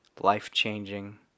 life-changing